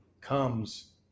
comes